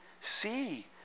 See